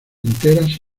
enteras